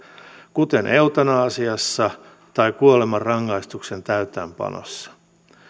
kuten eutanasiassa tai kuolemanrangaistuksen täytäntöönpanossa